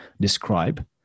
describe